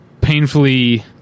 painfully